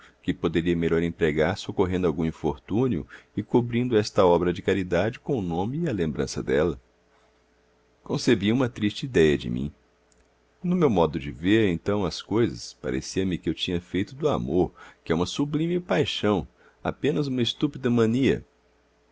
que poderia melhor empregar socorrendo algum infortúnio e cobrindo esta obra de caridade com o nome e a lembança dela concebia uma triste idéia de mim no meu modo de ver então as coisas parecia-me que eu tinha feito do amor que é uma sublime paixão apenas uma estúpida mania